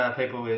people